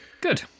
Good